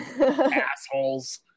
assholes